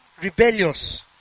rebellious